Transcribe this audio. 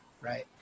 right